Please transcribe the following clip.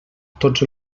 tots